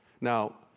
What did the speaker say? Now